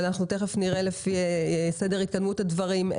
אבל אנחנו תכף נראה לפי סדר התקדמות הדברים.